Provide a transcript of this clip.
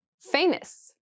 Famous